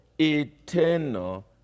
eternal